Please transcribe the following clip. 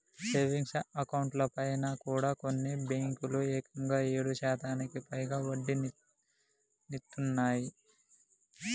savings అకౌంట్లపైన కూడా కొన్ని బ్యేంకులు ఏకంగా ఏడు శాతానికి పైగా వడ్డీనిత్తన్నయ్